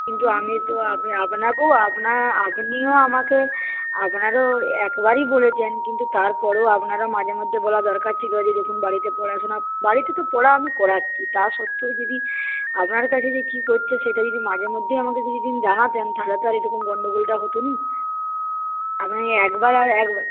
কিন্তু আমি তো আপনাকেও আপনিও আমাকে আপনারও একবারই বলেছেন কিন্তু তারপরেও আপনারও মাঝে মধ্যে বলা দরকার ছিলো যে দেখুন বাড়িতে পড়াশুনা বাড়িতে তো পড়া আমি করাচ্ছি তা সত্ত্বেও যদি আপনার কাছে যে কি করছে সেটাই যদি মাঝে মধ্যেই আমাকে জানাতেন তাহলে তো এরকম গন্ডগোলটা হতো নি আপনি একবার আর এক